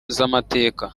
z’amateka